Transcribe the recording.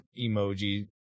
emoji